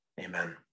Amen